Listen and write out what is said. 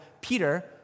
Peter